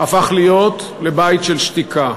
הפך להיות בית של שתיקה.